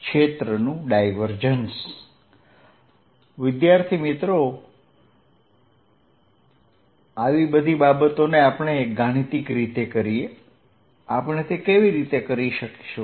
ક્ષેત્રનું ડાયવર્જન્સ આ બધી બાબતોને આપણે ગાણિતિક રીતે કરીએ આપણે તે કેવી રીતે કરીશું